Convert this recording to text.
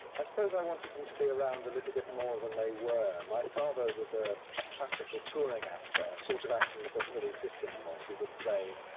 i suppose i wanted them to be around a little bit more than they were. my father was ah a classical touring actor, a sort of acting that doesn't really exist anymore. he would play,